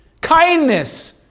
Kindness